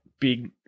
Big